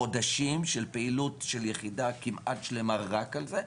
חודשים של פעילות של יחידה כמעט שלמה רק על זה.